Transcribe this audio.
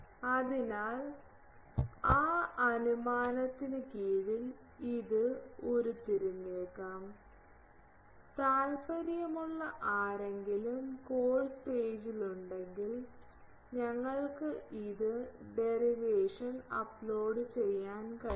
അതിനാൽ ആ അനുമാനത്തിന് കീഴിൽ ഇത് ഉരുത്തിരിഞ്ഞേക്കാം താൽപ്പര്യമുള്ള ആരെങ്കിലും കോഴ്സ് പേജിലുണ്ടെങ്കിൽ ഞങ്ങൾക്ക് ഇത് ഡെറിവേഷൻ അപ്ലോഡ് ചെയ്യാൻ കഴിയും